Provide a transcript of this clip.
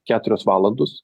keturios valandos